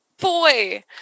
boy